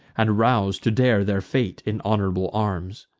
and rouse to dare their fate in honorable arms.